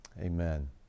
Amen